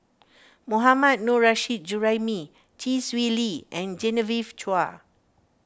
Mohammad Nurrasyid Juraimi Chee Swee Lee and Genevieve Chua